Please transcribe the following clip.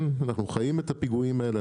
אנחנו חיים את הפיגועים האלה.